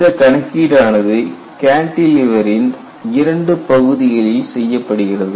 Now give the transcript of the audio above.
இந்த கணக்கீடு ஆனது கேண்டிலெவரின் இரண்டு பகுதிகளில் செய்யப்படுகிறது